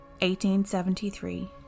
1873